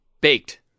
Baked